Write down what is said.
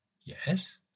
Yes